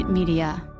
media